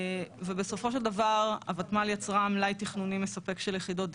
בסופו של דבר הוותמ"ל יצרה מלאי תכנוני מספק של יחידות דיור,